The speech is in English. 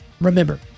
remember